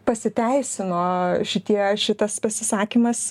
pasiteisino šitie šitas pasisakymas